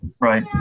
Right